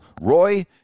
roy